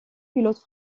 pilotes